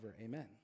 Amen